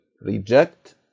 reject